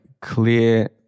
clear